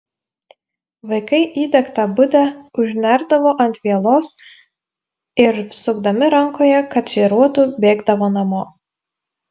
vaikai įdegtą budę užnerdavo ant vielos ir sukdami rankoje kad žėruotų bėgdavo namo